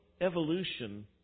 evolution